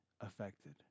affected